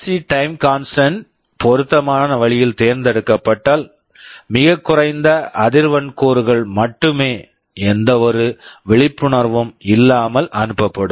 C time constant RC time constant பொருத்தமான வழியில் தேர்ந்தெடுக்கப்பட்டால் மிகக் குறைந்த அதிர்வெண் கூறுகள் மட்டுமே எந்தவொரு விழிப்புணர்வும் இல்லாமல் அனுப்பப்படும்